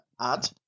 add